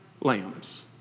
lambs